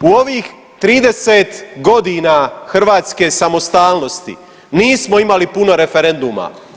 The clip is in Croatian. U ovih 30 godina hrvatske samostalnosti nismo imali puno referenduma.